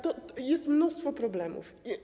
To jest mnóstwo problemów.